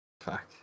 Fuck